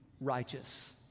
righteous